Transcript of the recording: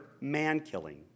man-killing